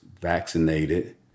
vaccinated